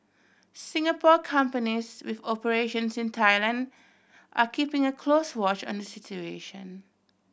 Singapore companies with operations in Thailand are keeping a close watch on the situation